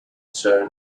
shown